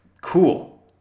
Cool